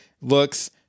looks